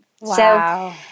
Wow